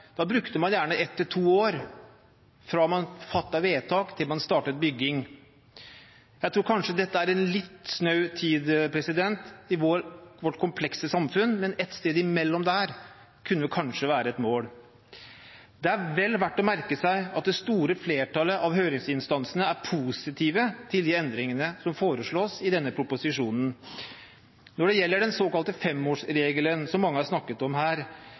brukte man gjerne ett til to år fra man fattet vedtak, til man startet bygging. Jeg tror kanskje dette er litt snau tid i vårt komplekse samfunn, men et sted imellom der kunne vel kanskje være et mål. Det er vel verdt å merke seg at det store flertallet av høringsinstansene er positive til de endringene som foreslås i denne proposisjonen. Når det gjelder den såkalte femårsregelen, som mange har snakket om her,